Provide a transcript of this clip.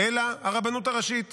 אלא הרבנות הראשית